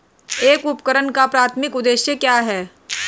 एक उपकरण का प्राथमिक उद्देश्य क्या है?